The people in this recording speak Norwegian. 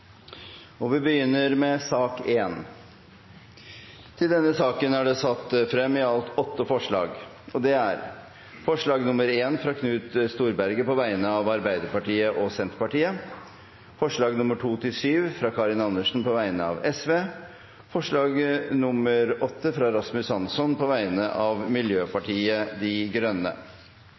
er det satt frem i alt åtte forslag. Det er forslag nr. 1, fra Knut Storberget på vegne av Arbeiderpartiet og Senterpartiet forslagene nr. 2–7, fra Karin Andersen på vegne av Sosialistisk Venstreparti forslag nr. 8, fra Rasmus Hansson på vegne av Miljøpartiet De Grønne